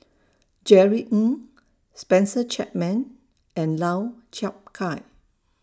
Jerry Ng Spencer Chapman and Lau Chiap Khai